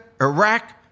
Iraq